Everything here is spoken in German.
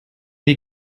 die